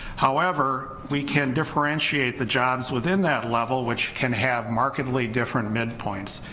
however we can differentiate the jobs within that level which can have markedly different midpoints,